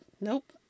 nope